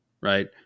right